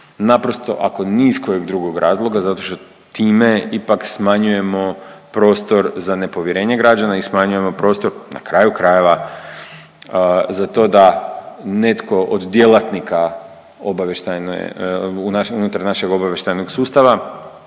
naprosto ako ni iz kojeg drugog razloga zato što time ipak smanjujemo prostor za nepovjerenje građana i smanjujemo prostor na kraju krajeva za to da netko od djelatnika obavještajne, unutar našeg obavještajnog sustava